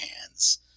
hands